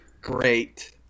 Great